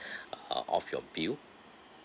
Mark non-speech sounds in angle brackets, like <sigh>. <breath> uh off your bill